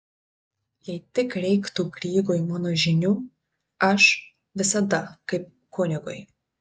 jei tik reiktų grygui mano žinių aš visada kaip kunigui